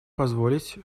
позволить